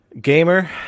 gamer